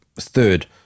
third